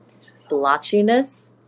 blotchiness